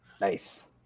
Nice